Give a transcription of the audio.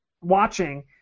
watching